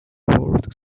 world